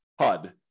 HUD